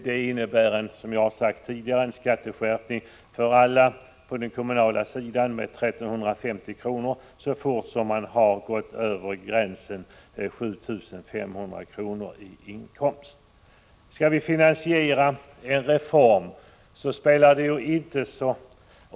Det innebär, som jag har sagt tidigare, en skatteskärpning för alla på den kommunala sidan med 1 350 kr. så fort man har gått över gränsen 7 500 kr. i inkomst. När vi finansierar en reform via staten sker det med en progressiv skatteskala.